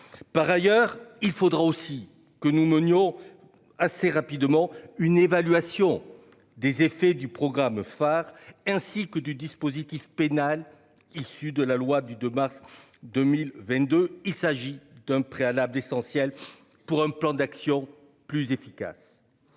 Par ailleurs, il faudra aussi que nous menions assez rapidement une évaluation des effets du programme phare ainsi que du dispositif pénal issu de la loi du de mars 2022, il s'agit d'un préalable essentiel pour un plan d'action plus efficace.